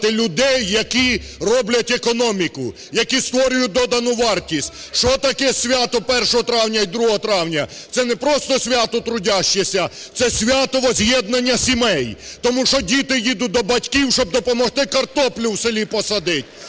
людей, які роблять економіку, які створюють додану вартість. Що таке свято 1 травня і 2 травня? Це не просто свято трудящих, це свято возз'єднання сімей. Тому що діти їдуть до батьків, щоб допомогти картоплю в селі посадити,